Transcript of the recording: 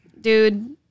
Dude